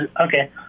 Okay